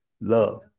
Love